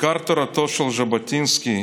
"עיקר תורתו של ז'בוטינסקי,